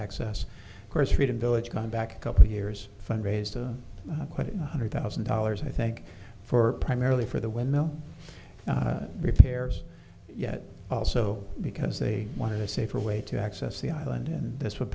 access course freedom village going back a couple of years fundraise to quote one hundred thousand dollars i think for primarily for the windmill repairs yet also because they wanted a safer way to access the island and this would